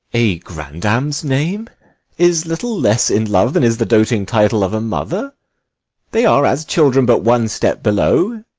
a grandam's name is little less in love than is the doating title of a mother they are as children but one step below,